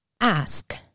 ask